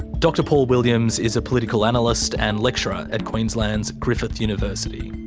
dr paul williams is a political analyst and lecturer at queensland's griffith university.